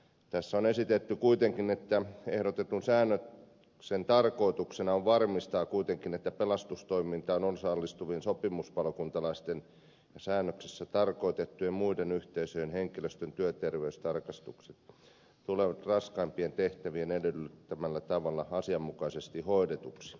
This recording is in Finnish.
tässä on kuitenkin esitetty että ehdotetun säännöksen tarkoituksena on varmistaa että pelastustoimintaan osallistuvien sopimuspalokuntalaisten ja säännöksissä tarkoitettujen muiden yhteisöjen henkilöstön työterveystarkastukset tulevat raskaimpien tehtävien edellyttämällä tavalla asianmukaisesti hoidetuksi